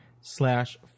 slash